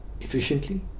efficiently